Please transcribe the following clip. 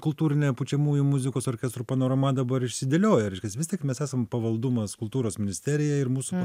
kultūrinė pučiamųjų muzikos orkestrų panorama dabar išsidėlioja reiškias vis tik mes esam pavaldumas kultūros ministerija ir mūsų